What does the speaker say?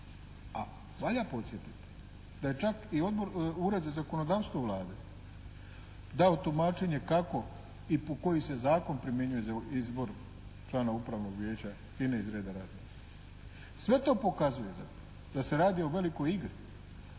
a valja podsjetiti da je čak i Ured za zakonodavstvo Vlade dao tumačenje kako i koji se zakon primjenjuje za izbor člana Upravnog vijeća HINA-e iz reda radnika. Sve to pokazuje zapravo da se radi o velikoj igri